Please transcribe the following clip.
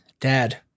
Dad